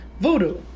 voodoo